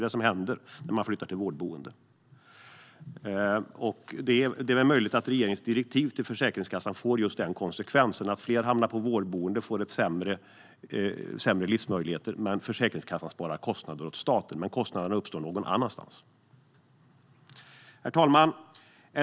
Det blir följden när man flyttar till vårdboende. Det är möjligt att regeringens direktiv till Försäkringskassan får just konsekvensen att fler hamnar på vårdboende och får sämre livsmöjligheter. Försäkringskassan sänker kostnaderna för staten, men kostnaderna uppstår ju någon annanstans. Herr talman!